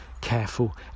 careful